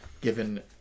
given